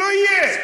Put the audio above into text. לא יהיו.